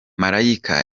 malayika